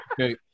Okay